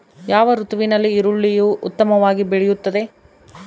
ಯಾವ ಋತುವಿನಲ್ಲಿ ಈರುಳ್ಳಿಯು ಉತ್ತಮವಾಗಿ ಬೆಳೆಯುತ್ತದೆ?